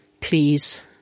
Please